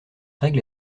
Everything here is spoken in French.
règle